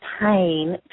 pain